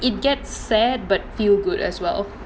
it gets sad but feel good as well